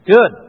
Good